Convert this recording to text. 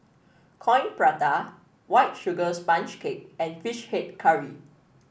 Coin Prata White Sugar Sponge Cake and fish head curry